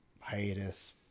Hiatus